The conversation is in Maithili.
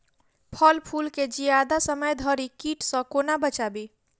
फल फुल केँ जियादा समय धरि कीट सऽ कोना बचाबी?